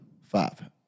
Five